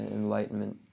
enlightenment